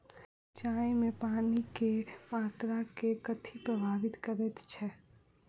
सिंचाई मे पानि केँ मात्रा केँ कथी प्रभावित करैत छै?